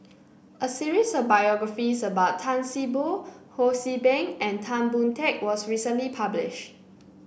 a series of biographies about Tan See Boo Ho See Beng and Tan Boon Teik was recently publish